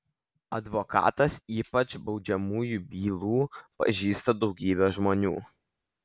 advokatas ypač baudžiamųjų bylų pažįsta daugybę žmonių